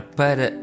para